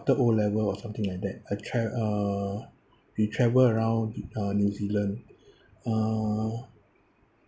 O level or something like that I tra~ uh we travel around uh new zealand uh